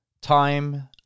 time